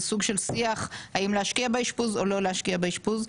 סוג של שיח האם להשקיע באשפוז או לא להשקיע באשפוז?